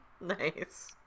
Nice